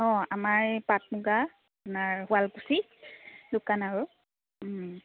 অঁ আমাৰ এই পাট মুগা আপোনাৰ শুৱালকুছি দোকান আৰু